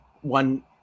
one